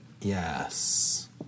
Yes